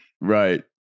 Right